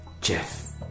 Jeff